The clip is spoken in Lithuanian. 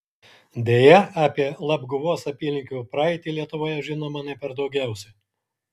deja apie labguvos apylinkių praeitį lietuvoje žinoma ne per daugiausiai